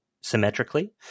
symmetrically